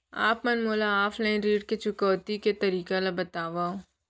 आप मन मोला ऑफलाइन ऋण चुकौती के तरीका ल बतावव?